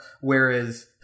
Whereas